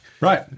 Right